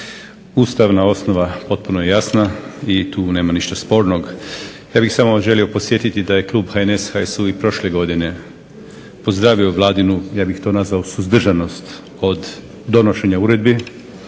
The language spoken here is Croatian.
Ustavna osnova potpuno je jasna i tu nema ništa spornog. Ja bih samo želio podsjetiti da je klub HNS-HSU i prošle godine pozdravio Vladinu, ja bih to nazvao suzdržanost od donošenja uredbi,